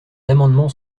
amendements